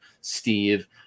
Steve